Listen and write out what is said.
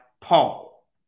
Paul